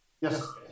Yes